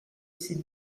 ces